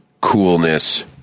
coolness